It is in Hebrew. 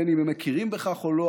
בין שהם מכירים בכך או לא,